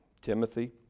Timothy